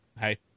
hey